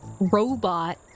robot